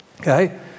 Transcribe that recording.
Okay